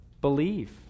Believe